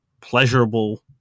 pleasurable